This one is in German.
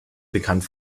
bekannt